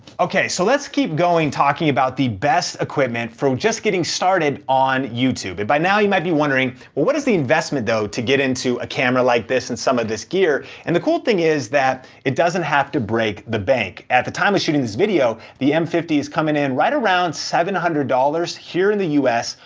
okay, so let's keep going talking about the best equipment for just getting started on youtube. and by now you might be wondering, what what is the investment though, to get into a camera like this and some of this gear. and the cool thing is that, it doesn't have to break the bank. at the time of shooting this video, the m five zero is coming in right around seven hundred dollars here in the u s.